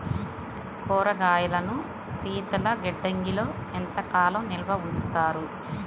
కూరగాయలను శీతలగిడ్డంగిలో ఎంత కాలం నిల్వ ఉంచుతారు?